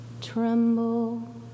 tremble